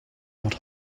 not